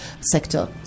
sector